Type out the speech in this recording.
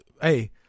Hey